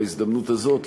בהזדמנות הזאת,